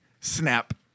snap